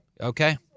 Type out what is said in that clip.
Okay